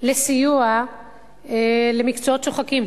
לסיוע למקצועות שוחקים,